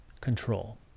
Control